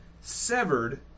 Severed